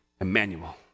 Emmanuel